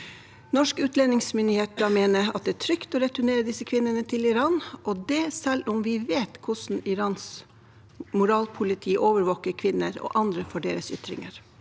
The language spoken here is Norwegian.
Norske utlendingsmyndigheter mener det er trygt å returnere disse kvinnene til Iran, og det selv om vi vet hvordan Irans moralpoliti overvåker kvinner og andre for deres ytringer.